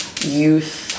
youth